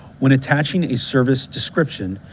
when attaching a service description,